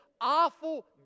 awful